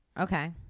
Okay